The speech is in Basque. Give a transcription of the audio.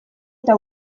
eta